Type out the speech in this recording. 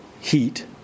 heat